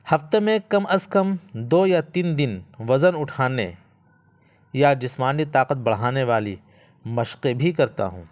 ہفتے میں کم از کم دو یا تین دن وزن اٹھانے یا جسمانی طاقت بڑھانے والی مشقیں بھی کرتا ہوں